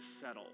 settle